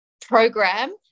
program